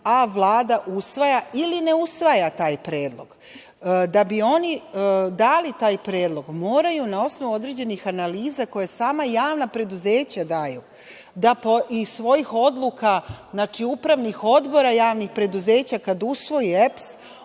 a Vlada usvaja ili ne usvaja taj predlog. Da bi oni dali taj predlog, moraju na osnovu određenih analiza koje sama javna preduzeća daju da iz svojih odluka upravnih odbora javnih preduzeća kad usvoji EPS,